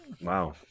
wow